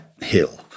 Hill